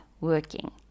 working